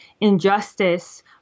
injustice